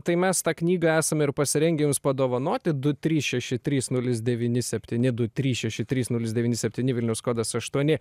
tai mes tą knygą esam ir pasirengę jums padovanoti du trys šeši trys nulis devyni septyni du trys šeši trys nulis devyni septyni vilnius kodas aštuoni